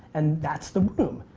and that's the room.